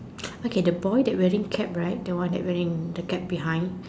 okay the boy that wearing cap right the one that wearing the cap behind